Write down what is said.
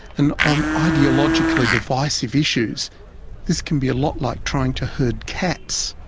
and on ideologically divisive issues this can be a lot like trying to herd cats.